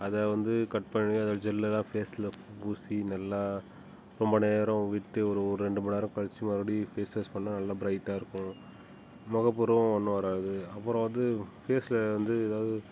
அதை வந்து கட் பண்ணி அதோடய ஜெல்லலாம் ஃபேஸ்ல பூசி நல்லா ரொம்ப நேரம் விட்டு ஒரு ஒரு ரெண்டுமணி நேரம் கழிச்சு மறுபடியும் ஃபேஸ் வாஷ் பண்ணால் நல்லா பிரைட்டாக இருக்கும் முகப்பருவும் ஒன்றும் வராது அப்புறம் வந்து ஃபேஸ்ல வந்து ஏதாவது